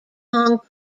hong